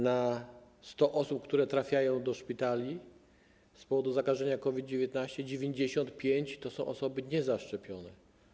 Na 100 osób, które trafiają do szpitali z powodu zakażenia COVID-19, 95 to osoby niezaszczepione.